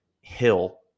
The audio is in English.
hill